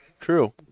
True